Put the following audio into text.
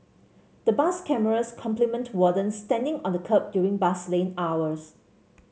the bus cameras complement wardens standing on the kerb during bus lane hours